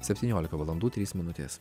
septyniolika valandų trys minutės